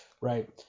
right